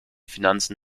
finanzen